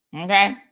Okay